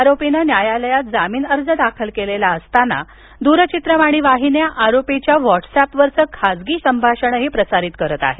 आरोपीनं न्यायालयात जामीन अर्ज दाखल केलेला असताना दूरचित्रवाणी वाहिन्या आरोपीच्या व्हॉटस ऍपवरील खाजगी संभाषण प्रसारित करत आहेत